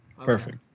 Perfect